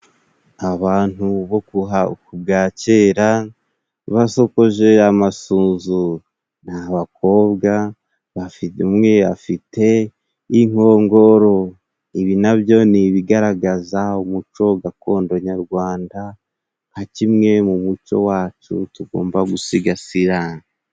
Abantu kera basokoje. Ni abakobwa bafite umwe afite inkongoro, ibi na byo ni ibigaragaza umuco gakondo nyarwanda nka kimwe mu muco wacu tugomba gusiga sira.